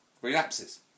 relapses